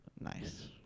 nice